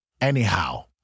Anyhow